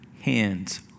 hands